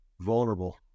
vulnerable